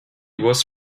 was